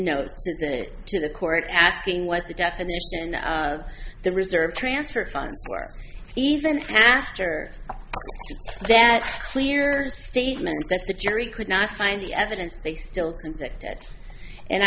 note to the court asking what the definition of the reserve transfer funds were even after that's clear statement that the jury could not find the evidence they still convicted and